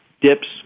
dips